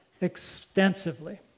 extensively